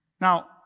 Now